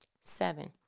Seven